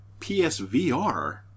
PSVR